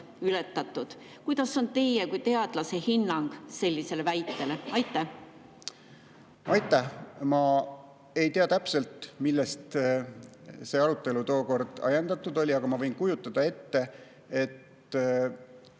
ületatud. Milline on teie kui teadlase hinnang sellisele väitele? Aitäh! Ma ei tea täpselt, millest see arutelu tookord ajendatud oli, aga ma võin ette kujutada, et